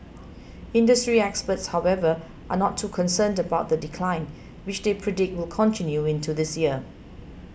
industry experts however are not too concerned about the decline which they predict will continue into this year